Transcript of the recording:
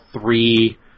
three